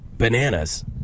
Bananas